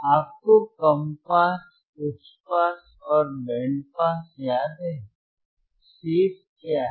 आपको कम पास उच्च पास और बैंड पास याद है शेष क्या है